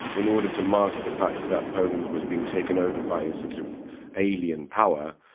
in order to mask the fact that poland was being taken over by a sort of alien power,